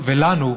ולנו,